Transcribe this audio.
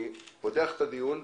אני פותח את הדיון.